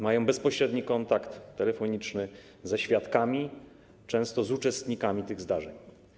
Mają bezpośredni kontakt telefoniczny ze świadkami, często z uczestnikami tych zdarzeń.